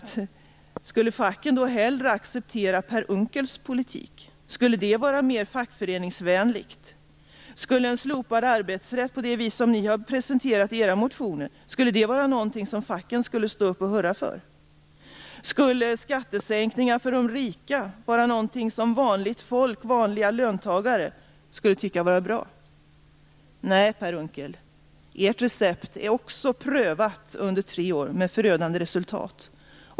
Skulle facken då föredra Per Unckels politik? Skulle den vara mer fackföreningsvänlig? Skulle ett slopande av arbetsrätten enligt den modell som ni har presenterat i era motioner få facken att stå upp och hurra? Skulle vanliga löntagare tycka att skattesänkningar för de rika vore bra? Nej, Per Unckel! Ert recept är prövat under tre år, med förödande resultat.